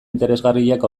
interesgarriak